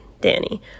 Danny